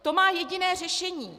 To má jediné řešení.